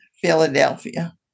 Philadelphia